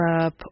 up